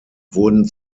wurden